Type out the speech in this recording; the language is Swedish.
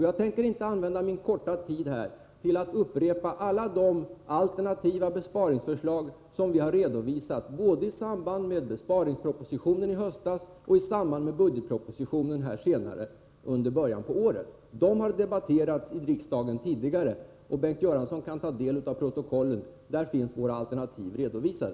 Jag tänker inte använda min korta tid här till att upprepa alla de alternativa besparingsförslag som vi har redovisat både i samband med besparingspropositionen i höstas och i samband med budgetpropositionen i början på året. De har debatterats i riksdagen tidigare, och Bengt Göransson kan ta del av protokollen — där finns våra alternativ redovisade.